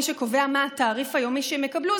מי שקובע מה התעריף היומי שהם יקבלו,